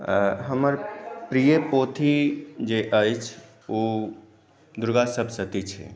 हमर प्रिय पोथी जे अछि ओ दुर्गासप्तशती छी